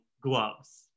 gloves